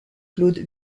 claude